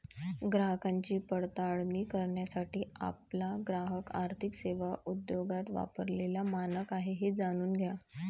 ग्राहकांची पडताळणी करण्यासाठी आपला ग्राहक आर्थिक सेवा उद्योगात वापरलेला मानक आहे हे जाणून घ्या